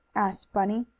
asked bunny.